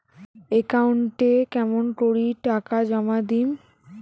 একাউন্টে কেমন করি টাকা জমা দিম?